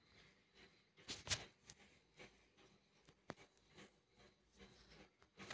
अमीशानी कविताले जोखिम मुक्त याजदरना बारामा ईचारं